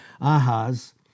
Ahaz